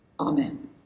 Amen